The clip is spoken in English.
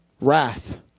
Wrath